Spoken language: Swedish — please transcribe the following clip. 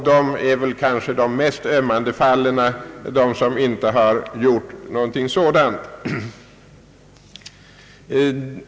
De som inte har tecknat försäkring är ofta de mest ömmande fallen.